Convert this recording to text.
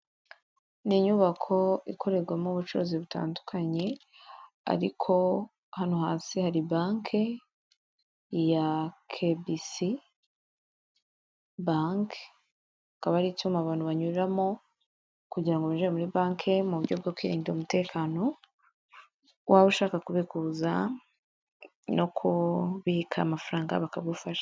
N'inyubako ikorerwamo ubucuruzi butandukanye, ariko hano hasi hari bake ya kebisi bake, ukaba ari icyuma abantu banyuramo kugirango binjire muri bake mu buryo bwo kwirindira umutekano, waba ushaka kubikuza no kubika amafaranga bakagufasha.